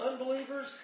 unbelievers